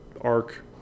arc